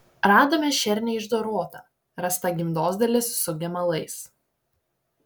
radome šernę išdorotą rasta gimdos dalis su gemalais